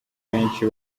benshi